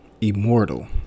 immortal